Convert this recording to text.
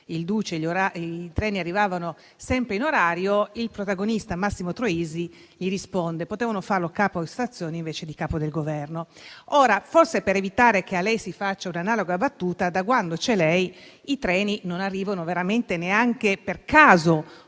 il duce - i treni arrivavano sempre in orario, il protagonista Massimo Troisi le risponde dicendo che potevano farlo capostazione invece di capo del Governo. Forse è per evitare che a lei si faccia un'analoga battuta, ma da quando c'è lei i treni non arrivano veramente neanche per caso